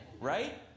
Right